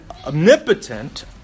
Omnipotent